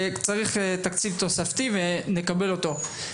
צריך תקציב תוספתי ונקבל אותו.